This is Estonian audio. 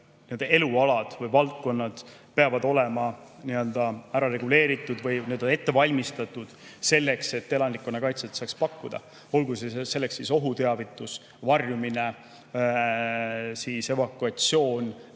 elualad või valdkonnad peavad olema nii-öelda ära reguleeritud või on ette valmistatud selleks, et elanikkonnakaitset saaks pakkuda, olgu selleks ohuteavitus, varjumine, evakuatsioon,